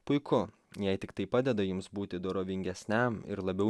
puiku jei tiktai padeda jums būti dorovingesniam ir labiau